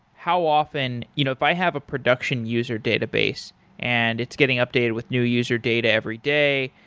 how often you know if i have a production user database and it's getting updated with new user data every day,